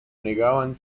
negaban